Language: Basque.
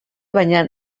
baina